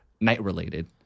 night-related